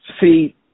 see